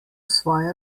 svoje